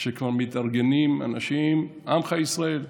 שכבר מתארגנים אנשים, עמך ישראל.